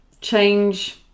change